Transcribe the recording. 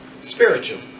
spiritual